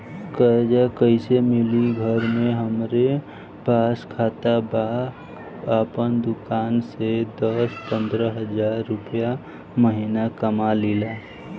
कर्जा कैसे मिली घर में हमरे पास खाता बा आपन दुकानसे दस पंद्रह हज़ार रुपया महीना कमा लीला?